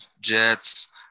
Jets